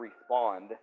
respond